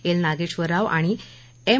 L Nageswara Rao आणि M